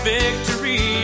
victory